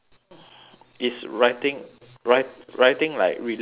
it's writing writ~ writing like relating how